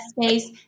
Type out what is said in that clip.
space